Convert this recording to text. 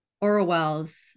Orwell's